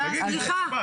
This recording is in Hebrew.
אז תגידי במשפט.